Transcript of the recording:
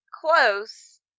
close